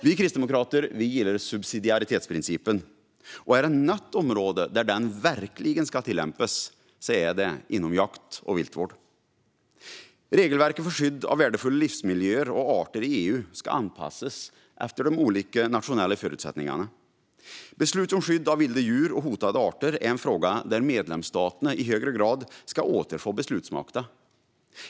Vi kristdemokrater gillar subsidiaritetsprincipen, och är det något område där den verkligen ska tillämpas är det inom jakt och viltvård. Regelverket för skydd av värdefulla livsmiljöer och arter i EU ska anpassas efter de olika nationella förutsättningarna. Skydd av vilda djur och hotade arter är en fråga där medlemsstaterna i högre grad ska återfå beslutsmakten.